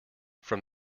from